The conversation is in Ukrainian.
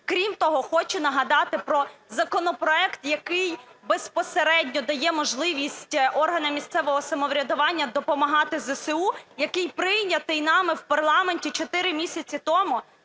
Крім того, хочу нагадати про законопроект, який безпосередньо дає можливість органам місцевого самоврядування допомагати ЗСУ, який прийнятий нами в парламенті 4 місяці тому